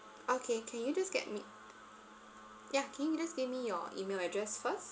okay can you just get me yeah can you just give me your email address first